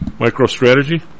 MicroStrategy